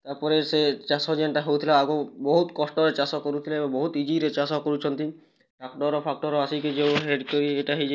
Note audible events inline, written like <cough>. ତା'ପରେ ସେ ଚାଷ ଯେନ୍ଟା ହେଉଥିଲା ଆଗରୁ ବହୁତ କଷ୍ଟରେ ଚାଷ କରୁଥିଲେ ବହୁତ୍ ଇଜିରେ ଚାଷ କରୁଛନ୍ତି ଟ୍ରକ୍ଟର୍ଫାକ୍ଟର୍ ଆସି କି ଯୋଉ <unintelligible> ହେଇଛି